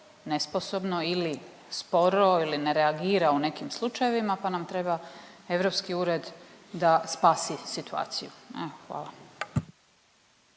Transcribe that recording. nesposobno ili sporo ili ne reagira u nekim slučajevima pa nam treba europski ured da spasi situaciju? Evo,